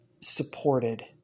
supported